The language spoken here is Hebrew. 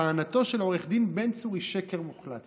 טענתו של עו"ד בן צור היא שקר מוחלט.